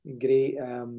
Great